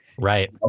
Right